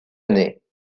année